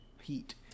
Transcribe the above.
Heat